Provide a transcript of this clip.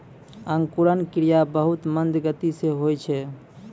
अंकुरन क्रिया बहुत मंद गति सँ होय छै